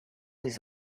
this